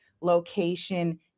location